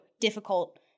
difficult